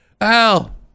Al